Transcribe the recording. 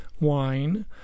wine